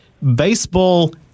Baseball